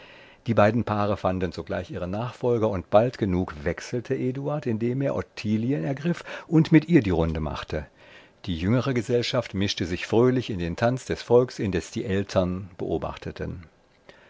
die beiden paare fanden sogleich ihre nachfolger und bald genug wechselte eduard indem er ottilien ergriff und mit ihr die runde machte die jüngere gesellschaft mischte sich fröhlich in den tanz des volks indes die ältern beobachteten